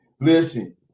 listen